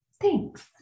thanks